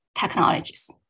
technologies